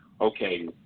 okay